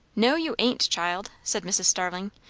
no, you ain't, child, said mrs. starling.